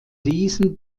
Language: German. diesen